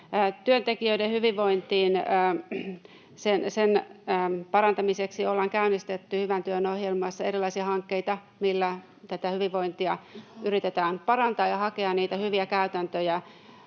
Työntekijöiden hyvinvoinnin parantamiseksi ollaan käynnistetty Hyvän työn ohjelmassa erilaisia hankkeita, millä tätä hyvinvointia yritetään parantaa ja hakea niitä hyviä käytäntöjä,